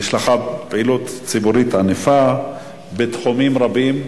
יש לך פעילות ציבורית ענפה בתחומים רבים.